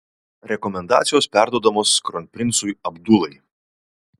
rekomendacijos perduodamos kronprincui abdulai